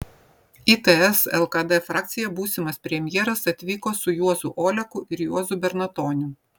į ts lkd frakciją būsimas premjeras atvyko su juozu oleku ir juozu bernatoniu